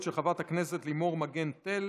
בישראל) של חברת הכנסת לימור מגן תלם.